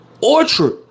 Orchard